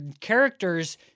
characters